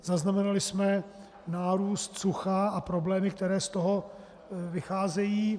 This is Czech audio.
Zaznamenali jsme nárůst sucha a problémy, které z toho vycházejí.